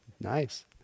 Nice